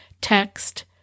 text